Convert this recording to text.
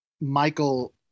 michael